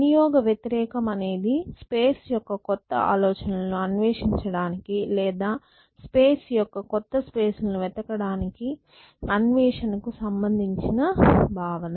వినియోగ వ్యతిరేకం అనేది స్పేస్ యొక్క కొత్త ఆలోచనలను అన్వేషించడానికి లేదా స్పేస్ యొక్క కొత్త స్పేస్ ల ను వెతకడానికి అన్వేషణ కు సంబంధించిన భావన